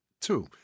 two